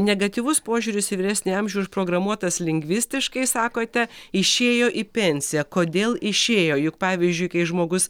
negatyvus požiūris į vyresnį amžių užprogramuotas lingvistiškai sakote išėjo į pensiją kodėl išėjo juk pavyzdžiui kai žmogus